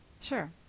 Sure